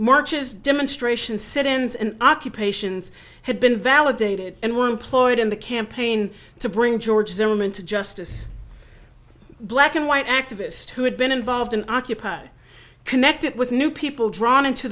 marches demonstration sit ins and occupations had been validated and were employed in the campaign to bring george zimmerman to justice black and white activist who had been involved in occupy connected with new people drawn into